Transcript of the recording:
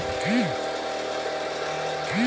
पूंजी बाजार का रेगुलेशन सेबी करता है